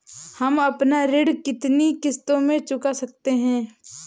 हम अपना ऋण कितनी किश्तों में चुका सकते हैं?